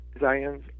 Zion's